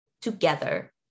together